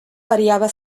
variava